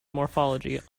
morphology